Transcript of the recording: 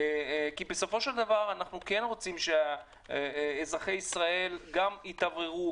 כי בסופו של דבר אנחנו כן רוצים שאזרחי ישראל גם יתאווררו,